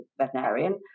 veterinarian